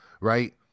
right